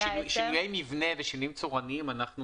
שינויי מבנה ושינויים צורניים אנחנו